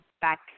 back